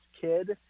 kid